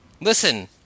Listen